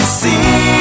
see